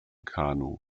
kanu